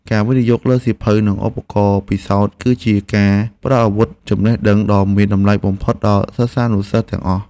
ការវិនិយោគលើសៀវភៅនិងឧបករណ៍ពិសោធន៍ គឺជាការផ្តល់អាវុធចំណេះដឹងដ៏មានតម្លៃបំផុតដល់សិស្សានុសិស្សទាំងអស់។